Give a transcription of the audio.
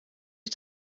ich